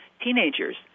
teenagers